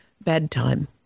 bedtime